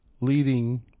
leading